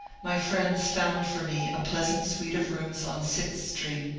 my friends found for me a pleasant suite of rooms on sixth street,